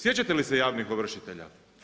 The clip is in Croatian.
Sjećate li se javnih ovršitelja?